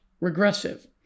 regressive